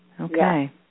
Okay